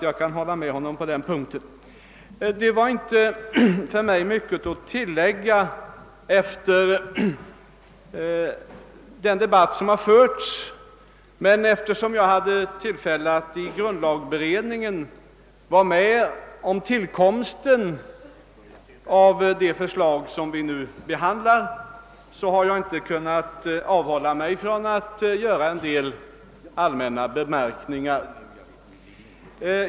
Jag har inte mycket att tillägga efter den debatt som har förts, men eftersom jag i grundlagberedningen var med om tillkomsten av det förslag vi nu behandlar kan jag inte avhålla mig från att nu göra en del allmänna bemärkningar.